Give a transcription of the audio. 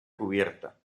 cubierta